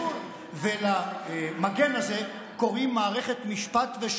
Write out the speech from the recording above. ולמגן הזה קוראים מערכת משפט ושומרי סף.